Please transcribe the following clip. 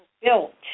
built